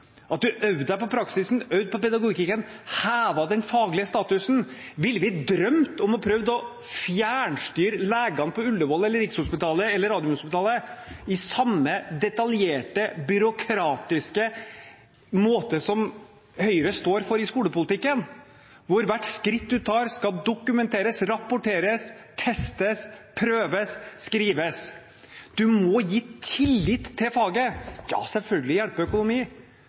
at man øvde seg i praksis, øvde på pedagogikken, hevet den faglige statusen. Ville vi drømt om å prøve å fjernstyre legene på Ullevål, Rikshospitalet eller Radiumhospitalet på samme detaljerte, byråkratiske måte som det Høyre står for i skolepolitikken, hvor hvert skritt man tar, skal dokumenteres, rapporteres, testes, prøves, skrives? Man må gi faget tillit. Selvfølgelig hjelper økonomi. Som utdanningsminister bidro jeg til